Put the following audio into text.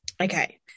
Okay